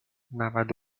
نود